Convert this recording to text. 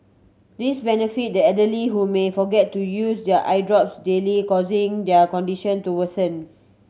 this benefits the elderly who may forget to use their eye drops daily causing their condition to worsen